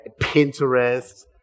Pinterest